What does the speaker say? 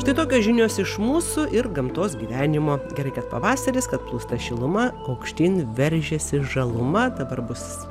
štai tokios žinios iš mūsų ir gamtos gyvenimo gerai kad pavasaris kad plūsta šiluma aukštyn veržiasi žaluma dabar bus